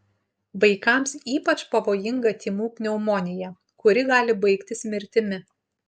vaikams ypač pavojinga tymų pneumonija kuri gali baigtis mirtimi